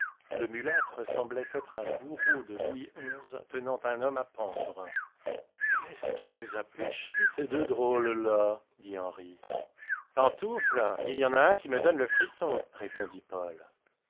le mulâtre semblait être un bourreau de louis xi tenant un homme à pendre qu'est-ce qui nous a pêché ces deux drôles là dit henri pantoufle il y en a un qui me donne le frisson répondit